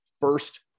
first